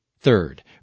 Third